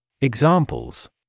Examples